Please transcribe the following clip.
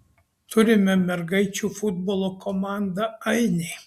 turime mergaičių futbolo komandą ainiai